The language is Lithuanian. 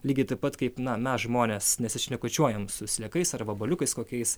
lygiai taip pat kaip na mes žmonės nesišnekučiuojam su sliekais ar vabaliukais kokiais